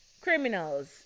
criminals